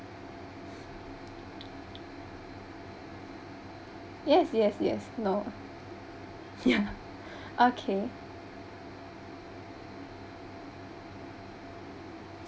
yes yes yes no ya okay